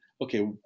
okay